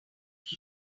week